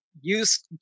use